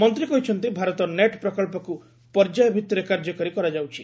ମନ୍ତ୍ରୀ କହିଛନ୍ତି ଭାରତ ନେଟ୍ ପ୍ରକ୍ସକୁ ପର୍ଯ୍ୟାୟ ଭିତ୍ତିରେ କାର୍ଯ୍ୟକାରୀ କରାଯାଉଛି